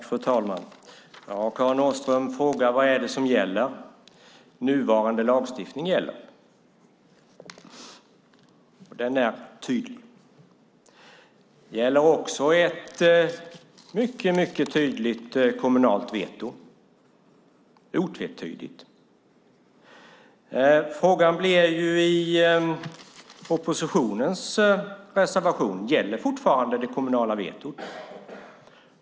Fru talman! Karin Åström frågar: Vad är det som gäller? Nuvarande lagstiftning gäller. Den är tydlig. Det gäller också ett mycket tydligt kommunalt veto - otvetydigt. När det gäller reservationen blir frågan: Gäller fortfarande det kommunala vetot?